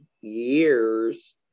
years